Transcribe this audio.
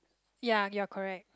ya you're correct